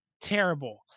terrible